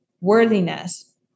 worthiness